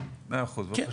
מאה אחוז בבקשה.